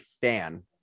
fan